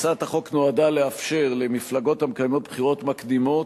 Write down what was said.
יציג את הצעת החוק יושב-ראש ועדת הכנסת חבר הכנסת יריב לוין.